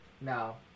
No